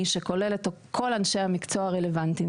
שכולל את כל אנשי המקצוע הרלוונטיים,